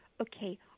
okay